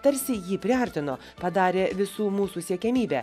tarsi jį priartino padarė visų mūsų siekiamybe